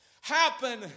happen